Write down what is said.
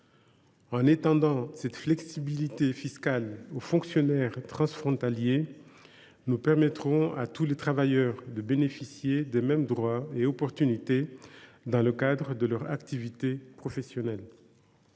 En étendant cette flexibilité fiscale aux fonctionnaires transfrontaliers, nous permettons à tous les travailleurs de bénéficier des mêmes droits et opportunités dans le cadre de leur activité professionnelle.